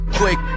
quick